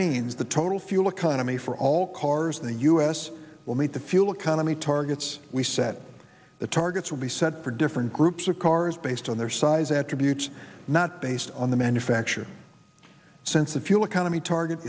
means the total fuel economy for all cars in the us will meet the fuel economy targets we set the targets will be set for different groups of cars based on their size attributes not based on the manufacturer since a fuel economy target